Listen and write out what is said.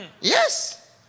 Yes